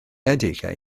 adegau